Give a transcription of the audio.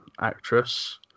actress